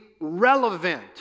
relevant